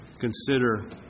consider